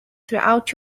throughout